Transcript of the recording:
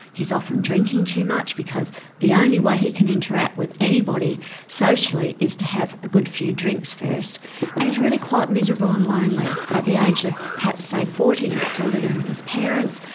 he's often drinking too much because the only way he can interact with anybody socially is to have a good few drinks first and he's really quite miserable and lonely. at the age of perhaps say forty he's still with his parents,